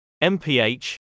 MPH